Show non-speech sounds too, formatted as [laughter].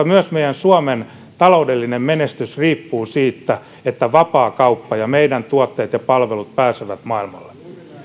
[unintelligible] myös meidän suomen taloudellinen menestys riippuu siitä että on vapaakauppa ja meidän tuotteemme ja palvelumme pääsevät maailmalle